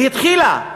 והתחילה.